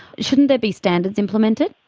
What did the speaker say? shouldn't there be standards implemented?